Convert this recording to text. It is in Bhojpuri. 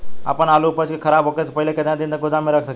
आपन आलू उपज के खराब होखे से पहिले केतन दिन तक गोदाम में रख सकिला?